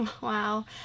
wow